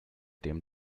dem